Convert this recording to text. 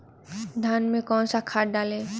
धान में कौन सा खाद डालें?